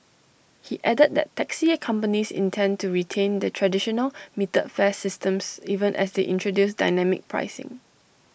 he added that taxi companies intend to retain the traditional metered fare systems even as they introduce dynamic pricing